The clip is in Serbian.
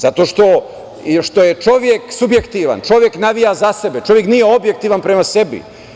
Zato što je čovek subjektivan, čovek navija za sebe, čovek nije objektivan prema sebi.